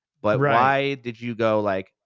but why did you go like,